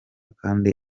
kandi